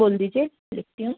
बोल दीजिए लिखती हूँ